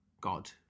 god